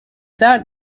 that